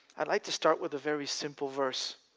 i'd like to start with a very simple verse.